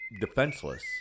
defenseless